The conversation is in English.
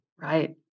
Right